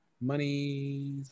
money